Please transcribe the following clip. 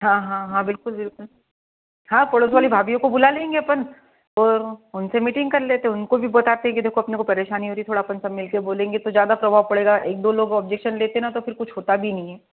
हाँ हाँ हाँ बिलकुल बिलकुल हाँ पड़ोस वाली भाभियों को बुला लेंगे अपन और उनसे मीटिंग कर लेते हैं उनको भी बताते हैं कि देखो अपने को परेशानी हो रही है थोड़ा अपन सब मिलके बोलेंगे तो ज्यादा प्रभाव पड़ेगा एक दो लोग आँब्जेक्शन लेते है ना तो फिर कुछ होता भी नहीं है